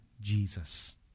Jesus